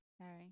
sorry